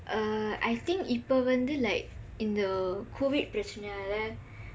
uh I think இப்ப வந்து:ippa vandthu like இந்த:indtha covid பிரச்சினையினால:pirachsinaiyinaala